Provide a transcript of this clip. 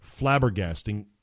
flabbergasting